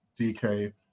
DK